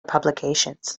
publications